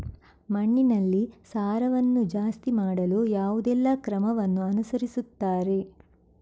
ಮಣ್ಣಿನಲ್ಲಿ ಸಾರವನ್ನು ಜಾಸ್ತಿ ಮಾಡಲು ಯಾವುದೆಲ್ಲ ಕ್ರಮವನ್ನು ಅನುಸರಿಸುತ್ತಾರೆ